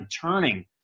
turning